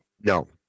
No